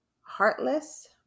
heartless